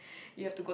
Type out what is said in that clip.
you have to